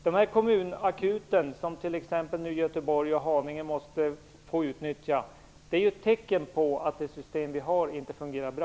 De kommunakuter som nu t.ex. Göteborg och Haninge tvingas utnyttja är ju ett tecken på att det nuvarande systemet inte fungerar bra.